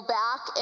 back